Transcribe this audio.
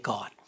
God